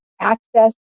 Access